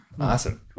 Awesome